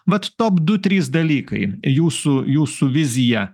vat top du trys dalykai jūsų jūsų vizija